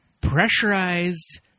pressurized